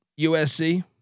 USC